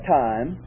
time